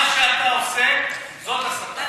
מה שאתה עושה זה הסתה.